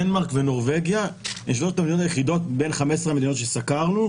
דנמרק ונורבגיה הן שלושת המדינות היחידות בין 15 מדינות שסקרנו,